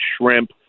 shrimp